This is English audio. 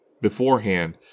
beforehand